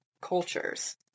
cultures